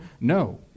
No